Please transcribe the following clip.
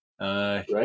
right